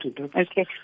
Okay